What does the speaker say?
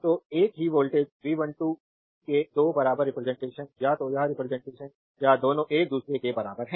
तो एक ही वोल्टेज V12 के 2 बराबर रिप्रजेंटेशन या तो यह रिप्रजेंटेशन या दोनों एक दूसरे के बराबर हैं